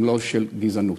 אם לא של גזענות.